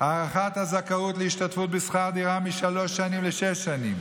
הארכת הזכאות להשתתפות בשכר דירה משלוש שנים לשש שנים,